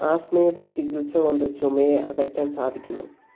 ആസ്ത്മയുടെ ചികിത്സ കൊണ്ട് ചുമയെ അകറ്റാൻ സാധിക്കുന്നു